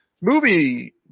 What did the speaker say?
movie